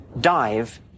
dive